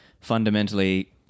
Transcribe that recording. fundamentally